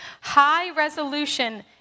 high-resolution